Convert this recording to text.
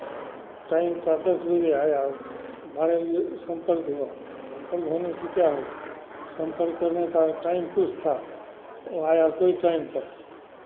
time था दस बजे आया अब बारह बजे वो सम्पर्क हुआ सम्पर्क होने से क्या होगा सम्पर्क करने का टाइम कुछ था वो आया कोई टाइम पर